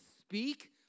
speak